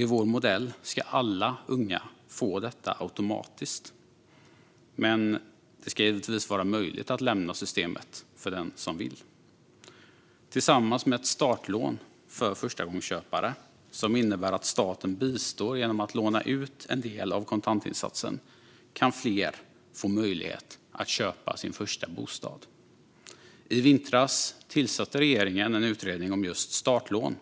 I vår modell ska alla unga få detta automatiskt, men det ska givetvis vara möjligt att lämna systemet för den som vill. Tillsammans med ett startlån för förstagångsköpare, som innebär att staten bistår genom att låna ut en del av kontantinsatsen, kan fler få möjlighet att köpa sin första bostad. I vintras tillsatte regeringen en utredning om just startlån.